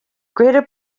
greater